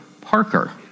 Parker